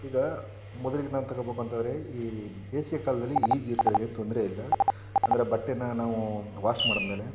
ಈಗ ಮೊದಲಿಗೆ ನಾವು ತಗೊಳ್ಬೇಕಂದ್ರೆ ಈ ಬೇಸಿಗೆ ಕಾಲದಲ್ಲಿ ಈಜಿ ಇರ್ತದೆ ಏನು ತೊಂದರೆ ಇಲ್ಲ ಅಂದರೆ ಬಟ್ಟೆನ ನಾವು ವಾಶ್ ಮಾಡಿದ್ಮೇಲೆ